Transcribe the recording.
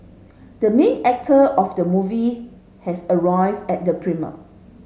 the main actor of the movie has arrived at the premiere